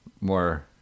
more